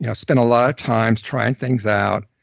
yeah spend a lot of time trying things out,